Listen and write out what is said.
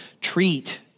treat